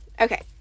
Okay